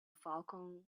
falcon